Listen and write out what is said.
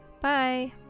bye